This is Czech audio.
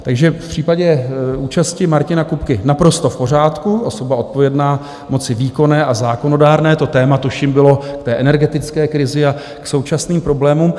Takže v případě účasti Martina Kupky naprosto v pořádku, osoba odpovědná moci výkonné a zákonodárné, to téma, tuším bylo k té energetické krizi a k současným problémům.